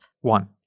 One